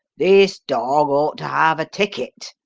this dog ought to have a ticket,